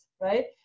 right